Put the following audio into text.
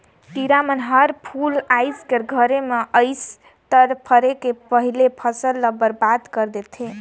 किरा मन हर फूल आए के घरी मे अइस त फरे के पहिले फसल ल बरबाद कर देथे